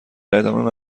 ادامه